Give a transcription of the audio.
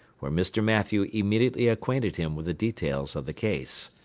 where mr. mathew immediately acquainted him with the details of the case.